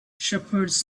shepherds